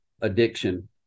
addiction